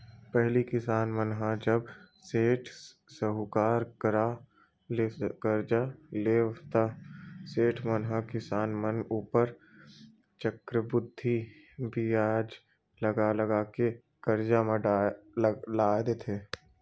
पहिली किसान मन ह जब सेठ, साहूकार करा ले करजा लेवय ता सेठ मन ह किसान मन ऊपर चक्रबृद्धि बियाज लगा लगा के करजा म लाद देय